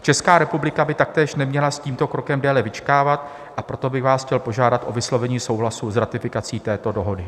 Česká republika by taktéž neměla s tímto krokem déle vyčkávat, proto bych vás chtěl požádat o vyslovení souhlasu s ratifikací této dohody.